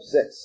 Six